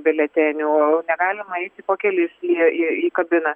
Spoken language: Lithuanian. biuletenių negalima eiti po kelis į į į kabiną